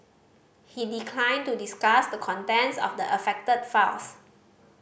he declined to discuss the contents of the affected files